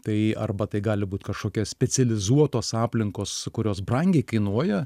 tai arba tai gali būt kažkokia specializuotos aplinkos kurios brangiai kainuoja